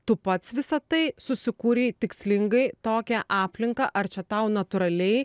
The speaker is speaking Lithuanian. tu pats visa tai susikūrei tikslingai tokią aplinką ar čia tau natūraliai